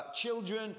children